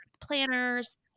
Planners